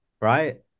right